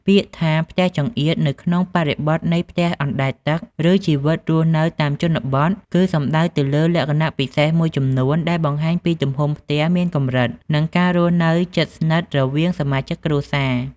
ពាក្យថា "ផ្ទះចង្អៀត" នៅក្នុងបរិបទនៃផ្ទះអណ្ដែតទឹក ឬជីវិតរស់នៅតាមជនបទ គឺសំដៅទៅលើលក្ខណៈពិសេសមួយចំនួនដែលបង្ហាញពីទំហំផ្ទះមានកម្រិត និងការរស់នៅជិតស្និទ្ធរវាងសមាជិកគ្រួសារ។